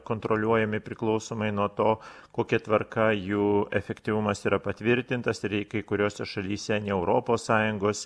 kontroliuojami priklausomai nuo to kokia tvarka jų efektyvumas yra patvirtintas ir jei kuriose šalyse ne europos sąjungos